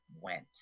went